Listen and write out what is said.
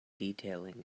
detailing